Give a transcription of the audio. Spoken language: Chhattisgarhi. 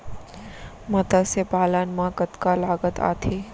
मतस्य पालन मा कतका लागत आथे?